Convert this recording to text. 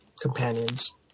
Companions